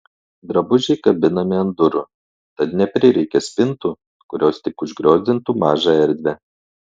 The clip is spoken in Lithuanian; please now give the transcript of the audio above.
drabužiai kabinami ant durų tad neprireikia spintų kurios tik užgriozdintų mažą erdvę